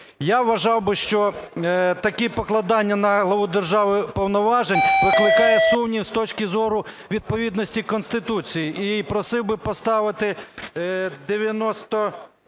Я вважав би, що таке покладання на главу держави повноважень викликає сумнів з точки зору відповідності Конституції. І просив би поставити 91